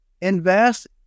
invest